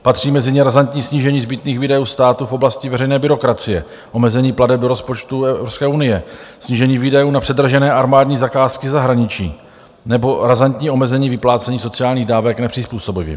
Patří mezi ně razantní snížení zbytných výdajů státu v oblasti veřejné byrokracie, omezení plateb do rozpočtu Evropské unie, snížení výdajů na předražené armádní zakázky ze zahraničí nebo razantní omezení vyplácení sociálních dávek nepřizpůsobivým.